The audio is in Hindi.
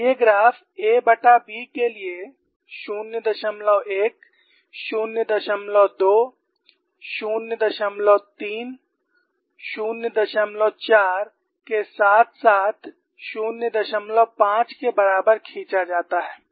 और ये ग्राफ aB के लिए 01 02 03 04 के साथ साथ 05 के बराबर खींचा जाता है